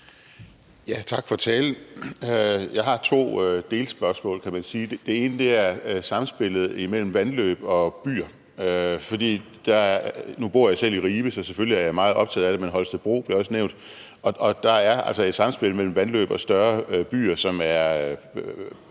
Tak for talen. Jeg har to delspørgsmål, kan man sige. Det ene er om samspillet mellem vandløb og byer. Nu bor jeg selv i Ribe, så selvfølgelig er jeg meget optaget af det. Men Holstebro blev også nævnt. Der er altså et samspil mellem vandløb og større byer, som er